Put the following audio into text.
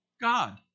God